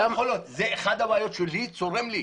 זאת אחת הבעיות שצורמת לי.